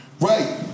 right